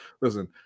listen